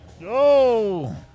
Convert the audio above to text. No